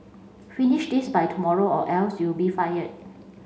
finish this by tomorrow or else you'll be fired